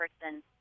person